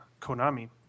Konami